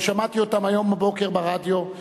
גם שמעתי אותם היום בבוקר ברדיו,